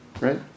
right